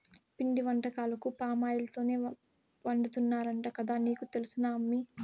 పిండి వంటకాలను పామాయిల్ తోనే వండుతున్నారంట కదా నీకు తెలుసునా అమ్మీ